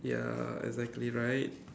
ya exactly right